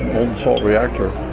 salt reactor